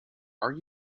are